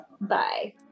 bye